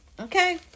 Okay